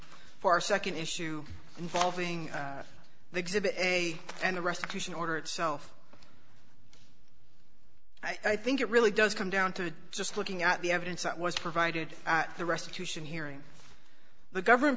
for a second issue involving the exhibit a and the restitution order itself i think it really does come down to just looking at the evidence that was provided at the restitution hearing the government